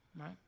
right